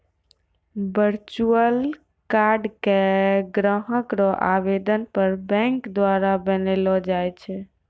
virtual card के ग्राहक रो आवेदन पर बैंक द्वारा बनैलो जाय छै